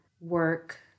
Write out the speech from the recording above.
work